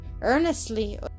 Earnestly